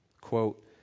Quote